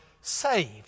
saved